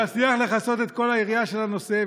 לא אצליח לכסות את כל היריעה של הנושא,